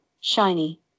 shiny